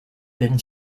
been